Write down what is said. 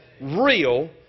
real